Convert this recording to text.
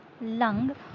lung